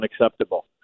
unacceptable